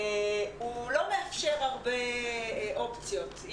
לא מאפשר הרבה אופציות.